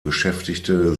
beschäftigte